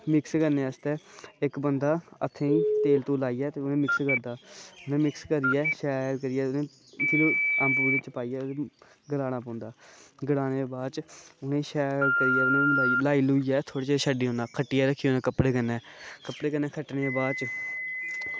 ते मिक्स करने आस्तै इक्क बंदा हत्थें ई तेल लाइयै उनेंगी मिक्स करदा ते मिक्स करियै शैल करियै उनेंगी गलाना पौंदा गलानै दे बाद च उनेंगी शैल करियै ल्हाइयै छड्डी देना ते छड्डियै रक्खी देना कपड़े कन्नै ते कपड़े दे बाद च